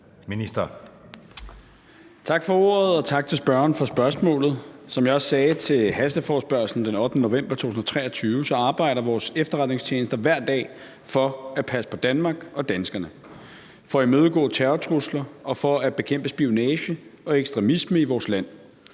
Tak for ordet. Og tak til spørgeren for spørgsmålet. Som jeg også sagde til hasteforespørgslen den 8. november 2023, arbejder vores efterretningstjenester hver dag for at passe på Danmark og danskerne, for at imødegå terrortrusler og for at bekæmpe spionage og ekstremisme i vores land.